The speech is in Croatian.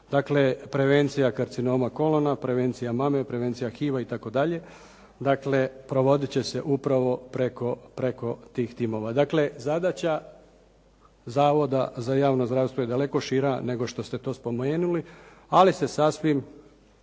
Dakle, prevencija karcinoma kolona, prevencija mame, prevencija HIV-a i tako dalje. Dakle, provoditi će se upravo preko tih timova. Dakle, zadaća Zavoda za javno zdravstvo je daleko šira nego što ste to spomenuli, ali se sasvim